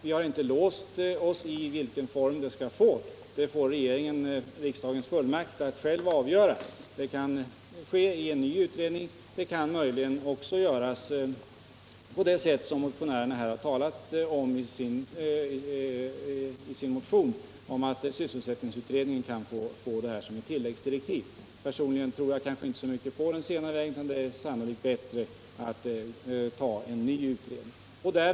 Vi har inte låst oss när det gäller vilken form utredningen skall få. Regeringen får riksdagens fullmakt att själv avgöra det: Antingen kan en ny utredning tillsättas eller också kan, som motionärerna angett i sina motioner, sysselsättningsutredningen möjligen få detta uppdrag i tilläggsdirektiv. Personligen tror jag kanske inte mycket på den senare vägen. Det är sannolikt bättre att tillsätta en ny utredning.